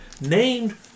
named